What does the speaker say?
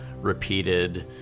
repeated